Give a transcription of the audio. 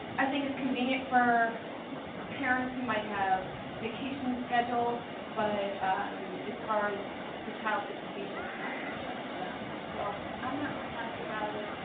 i think it's convenient for parents who might have vacations scheduled but as far as the child's education, it's not what's best for them. so i'm not really happy about it.